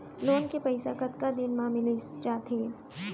Loan के पइसा कतका दिन मा मिलिस जाथे?